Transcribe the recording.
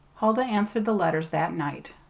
huldah answered the letters that night.